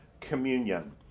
communion